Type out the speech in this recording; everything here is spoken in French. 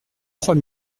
trois